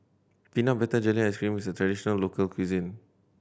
peanut butter jelly ice cream is a traditional local cuisine